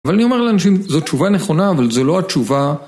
אבל אני אומר לאנשים, זו תשובה נכונה, אבל זה לא התשובה.